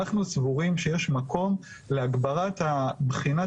אנחנו סבורים שיש מקום להגברת בחינת